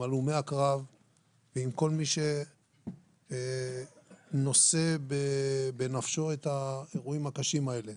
עם הלומי הקרב ועם כל מי שנושא בנפשו את האירועים הקשים האלה.